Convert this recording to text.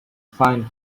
fine